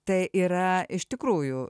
tai yra iš tikrųjų